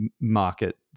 market